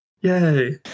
Yay